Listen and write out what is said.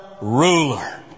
ruler